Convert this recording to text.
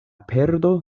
perdo